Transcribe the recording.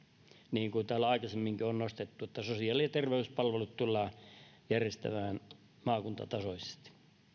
niin kuin täällä aikaisemminkin on nostettu sosiaali ja terveyspalvelut tullaan järjestämään maakuntatasoisesti